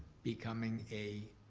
becoming a